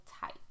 tight